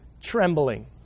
trembling